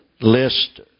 list